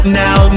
now